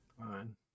fine